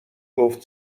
گفت